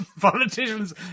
politicians